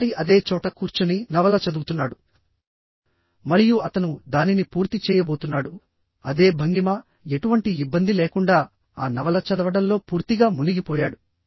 lorry అదే చోట కూర్చుని నవల చదువుతున్నాడుమరియు అతను దానిని పూర్తి చేయబోతున్నాడు అదే భంగిమఎటువంటి ఇబ్బంది లేకుండా ఆ నవల చదవడంలో పూర్తిగా మునిగిపోయాడు